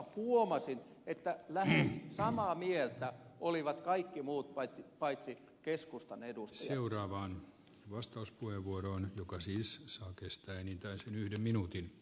huomasin että lähes samaa mieltä olivat kaikki muut paitsi keskustan edun seuraavaan vastauspuheenvuoron joka siis kystä enintään sen yhden edustajat